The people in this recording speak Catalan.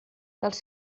dels